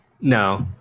No